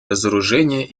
разоружения